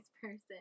person